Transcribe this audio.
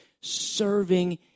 Serving